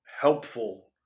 helpful